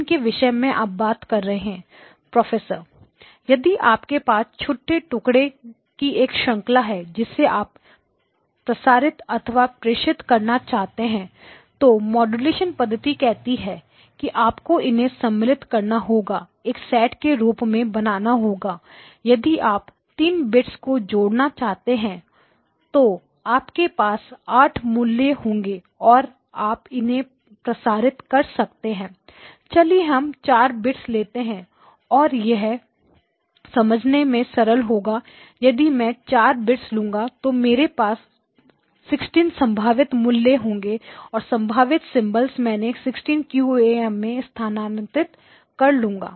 जिन के विषय में आप बात कर रहे हैं प्रोफेसर यदि आपके पास छोटे टुकड़ों की एक श्रंखला है जिसे आप प्रसारित अथवा प्रेषित करना चाहते हैं तो माड्यूलेशन पद्धति कहती है कि आपको इन्हें सम्मिलित करना होगा एक सेट के रूप में बनाना होगा यदि आप 3 बिट्स को जोड़ना चाहते हैं तो आपके पास 8 मूल्य होंगे और आप इन्हें प्रसारित कर सकते हैं चलिए हम 4 बिट्स ले लेते हैं यह समझने में सरल होगा यदि मैं 4 बिट्स लूंगा तो मेरे पास 16 संभावित मूल्य होंगे और संभावित सिंबल्स मैंने 16 QAM में स्थानांतरित कर लूंगा